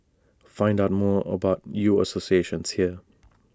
find out more about U associates here